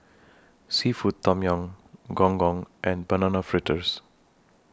Seafood Tom Yum Gong Gong and Banana Fritters